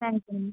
thanks అండి